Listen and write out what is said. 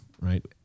right